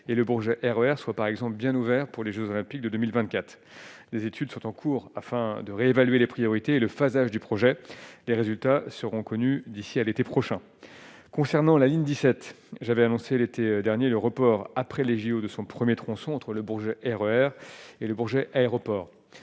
et Le Bourget, RER, soit par exemple bien ouvert pour les Jeux olympiques de 2024, des études sont en cours afin de réévaluer les priorités et le phasage du projet, les résultats seront connus d'ici à l'été prochain, concernant la ligne 17 j'avais annoncé l'été dernier le report après les JO de son 1er tronçon entre Le Bourget, RER et Le Bourget, aéroport,